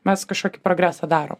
mes kažkokį progresą darom